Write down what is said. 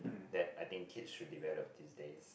that I think kids should develop these days